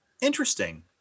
Interesting